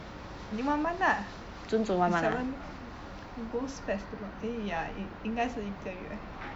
only one month lah the seventh ghost festival eh ya eh 应该是一个月